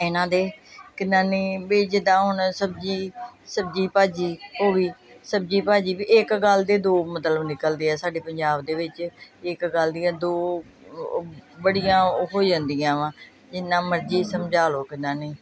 ਇਹਨਾਂ ਦੇ ਕਿੰਨਾ ਨਹੀਂ ਵੀ ਜਿੱਦਾਂ ਹੁਣ ਸਬਜ਼ੀ ਸਬਜ਼ੀ ਭਾਜੀ ਉਹ ਵੀ ਸਬਜ਼ੀ ਭਾਜੀ ਵੀ ਇੱਕ ਗੱਲ ਦੇ ਦੋ ਮਤਲਬ ਨਿਕਲਦੇ ਆ ਸਾਡੇ ਪੰਜਾਬ ਦੇ ਵਿੱਚ ਇੱਕ ਗੱਲ ਦੀਆਂ ਦੋ ਬੜੀਆਂ ਉਹ ਹੋ ਜਾਂਦੀਆਂ ਵਾ ਜਿੰਨਾ ਮਰਜ਼ੀ ਸਮਝਾ ਲਓ ਕਿੰਨਾ ਨਹੀਂ